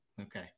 okay